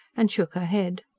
and shook her head.